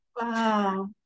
Wow